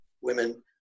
women